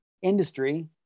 industry